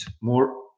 more